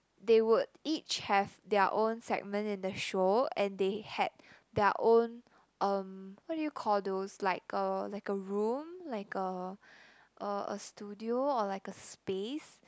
they would each have their own segment in the show and they had their own um what do you call those like a like a room like a a a studio or like a space